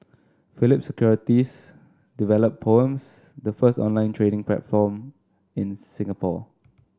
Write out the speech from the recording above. Phillip Securities developed Poems the first online trading platform in Singapore